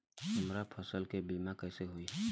हमरा फसल के बीमा कैसे होई?